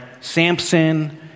Samson